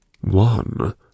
One